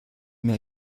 mir